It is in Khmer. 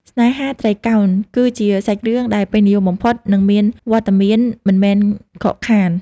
ស្នេហាត្រីកោណ គឺជាសាច់រឿងដែលពេញនិយមបំផុត និងមានវត្តមានមិនមែនខកខាន។